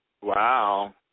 Wow